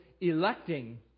electing